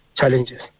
challenges